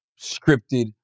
scripted